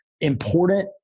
important